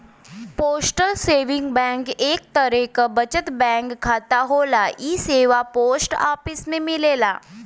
postal saving bank एक तरे बचत बैंक खाता होला इ सेवा पोस्ट ऑफिस में मिलला